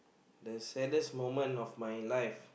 the saddest moment of my life